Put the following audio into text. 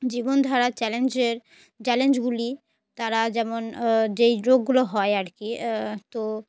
জীবনধারার চ্যালেঞ্জের চ্যালেঞ্জগুলি তারা যেমন যেই রোগগুলো হয় আর কি তো